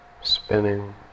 spinning